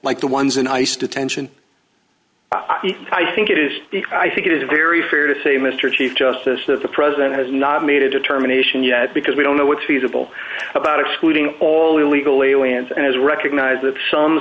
like the ones in ice detention i think it is i think it is very fair to say mister chief justice that the president has not made a determination yet because we don't know what's feasible about excluding all illegal aliens and as recognize that some